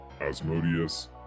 Asmodeus